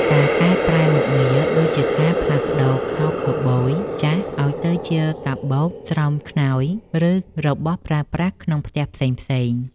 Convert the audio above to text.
ការកែប្រែមុខងារ ដូចជាការផ្លាស់ប្តូរខោខូវប៊យចាស់ឱ្យទៅជាកាបូប ស្រោមខ្នើយ ឬរបស់ប្រើប្រាស់ក្នុងផ្ទះផ្សេងៗ។